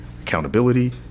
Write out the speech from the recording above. accountability